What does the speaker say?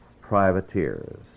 Privateers